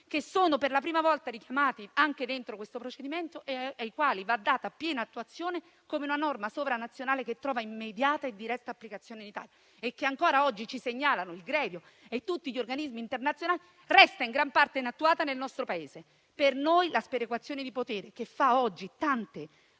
che sono per la prima volta ritmati anche dentro questo procedimento e ai quali va data piena attuazione come una norma sovranazionale che trova immediata e diretta applicazione in Italia; purtroppo ancora oggi, come ci segnalano il Grevio e tutti gli organismi internazionali, tale norma resta in gran parte inattuata nel nostro Paese. Per noi, la sperequazione di potere che rende oggi tante